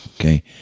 okay